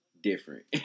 different